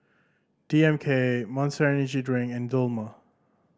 D M K Monster Energy Drink and Dilmah